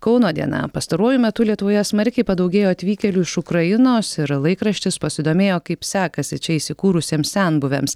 kauno diena pastaruoju metu lietuvoje smarkiai padaugėjo atvykėlių iš ukrainos ir laikraštis pasidomėjo kaip sekasi čia įsikūrusiems senbuviams